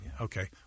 Okay